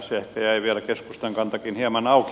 ehkä jäi vielä se keskustan kantakin hieman auki